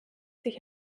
sich